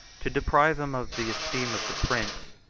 to deprive him of the esteem of the prince,